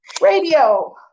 Radio